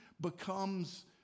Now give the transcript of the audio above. becomes